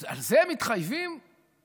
על זה הם מתחייבים מיתה,